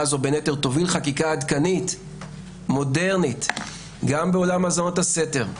הזו תוביל חקיקה עדכנית מודרנית גם בעולם האזנות הסתר,